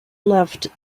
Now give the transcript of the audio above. loved